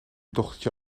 dochtertje